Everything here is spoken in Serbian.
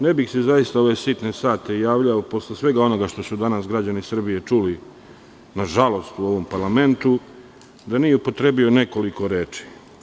Ne bih se zaista u ove sitne sate javljao posle svega onoga što su danas građani Srbije čuli, na žalost, u ovom parlamentu, da nije upotrebio nekoliko reči.